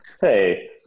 Hey